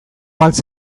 beltz